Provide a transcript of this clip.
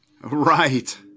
Right